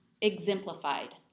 exemplified